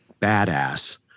badass